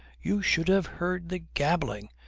you should have heard the gabbling!